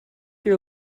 your